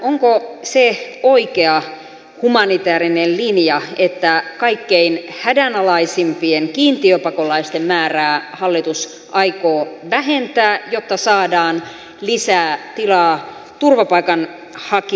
onko se oikea humanitäärinen linja että kaikkein hädänalaisimpien kiintiöpakolaisten määrää hallitus aikoo vähentää jotta saadaan lisää tilaa turvapaikanhakijoille